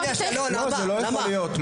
זה לא יכול להיות,